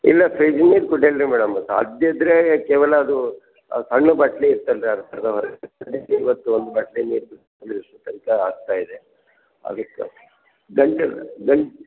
ಇಲ್ಲ ಫ್ರಿಜ್ ನೀರು ಕುಡಿಯಲ್ಲ ರೀ ಮೇಡಮ್ ಸಾಧ್ಯ ಇದ್ರೆ ಕೇವಲ ಅದು ಸಣ್ಣ ಬಾಟ್ಲಿ ಇಡ್ತೇನೆ ಇವತ್ತು ಒಂದು ಬಾಟ್ಲಿ ನೀರು ಆಗ್ತಾಯಿದೆ ಅದಕ್ಕೆ ಗಂಟೆಲಿ ಗಂಟೆ